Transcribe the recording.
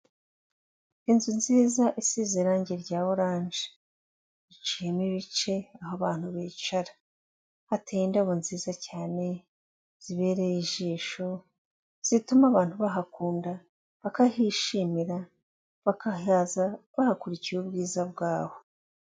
Inzu nziza isize irangi rya oranje, iciyemo ibice aho abantu bicara, hateye indabo nziza cyane, zibereye ijisho, zituma abantu bahakunda, bakahishimira, bakahaza bahakurikiye ubwiza bwabo.